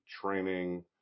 training